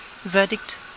verdict